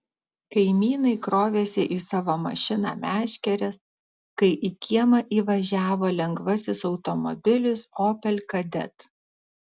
kaimynai krovėsi į savo mašiną meškeres kai į kiemą įvažiavo lengvasis automobilis opel kadett